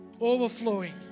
overflowing